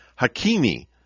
Hakimi